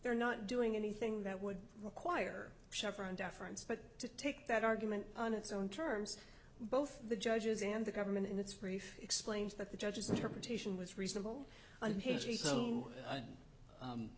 they're not doing anything that would require chevron deference but to take that argument on its own terms both the judges and the government in its brief explains that the judge's interpretation was reasonable